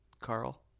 carl